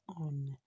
On